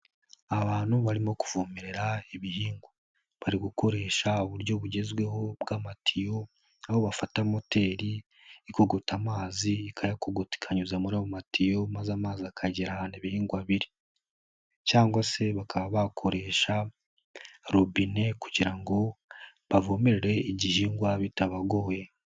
Abantu barimo kuvomerera ibihingwa. Bari gukoresha uburyo bugezweho bw'amatiyo, aho bafata moteri ikogota amazi, ikayakogota ikayanyuza muri ayo matiyo maze amazi akagera ahantu ibihingwa biri cyangwa se bakaba bakoresha robine kugira ngo bavomerere igihingwa bitabagoye.